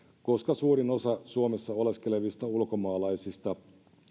koska suurin osa suomessa oleskelevista ulkomaalaisista